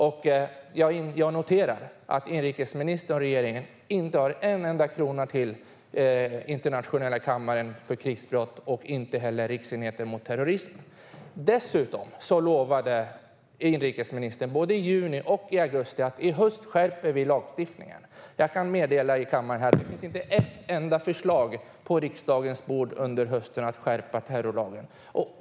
Jag noterar att inrikesministern och regeringen inte har en enda krona till en internationell kammare för krigsbrott och inte heller till en riksenhet mot terrorism. Dessutom lovade inrikesministern i både juni och augusti att lagstiftningen ska skärpas i höst. Jag kan meddela kammaren att det inte finns ett enda förslag på riksdagens bord för att under hösten skärpa terrorlagen.